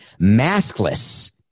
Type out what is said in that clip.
maskless